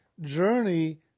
journey